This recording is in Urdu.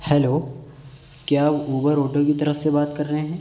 ہیلو کیا آب اوبر آٹو کی طرف سے بات کر رہے ہیں